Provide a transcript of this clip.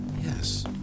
Yes